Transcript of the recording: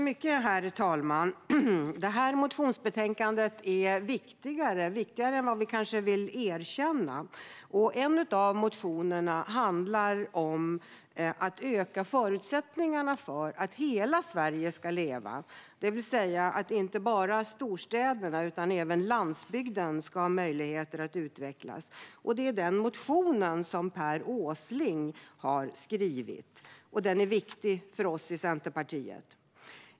Herr talman! Det här motionsbetänkandet är viktigare än vad vi kanske vill erkänna. En av motionerna handlar om att öka förutsättningarna för att hela Sverige ska leva, det vill säga att inte bara storstäderna utan även landsbygden ska ha möjligheter att utvecklas. Den motionen har Per Åsling skrivit, och den är viktig för oss i Centerpartiet.